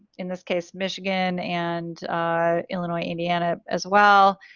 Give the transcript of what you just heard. in this case michigan and illinois-indiana as well,